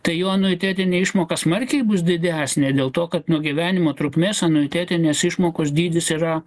tai jo anuitetinė išmoka smarkiai bus didesnė dėl to kad nuo gyvenimo trukmės anuitetinės išmokos dydis yra